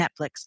Netflix